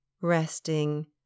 resting